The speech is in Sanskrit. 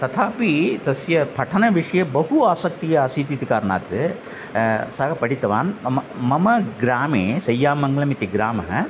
तथापि तस्य पठनविषये बहु आसक्तिः आसीत् इति कारणात् सः पठितवान् मम मम ग्रामे सैयामङ्गळमिति ग्रामः